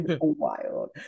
wild